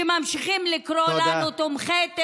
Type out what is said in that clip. שממשיכים לקרוא לנו "תומכי טרור".